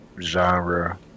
genre